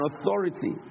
authority